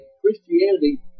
Christianity